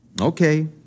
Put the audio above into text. Okay